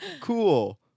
cool